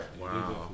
Wow